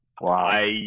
Wow